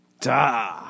Duh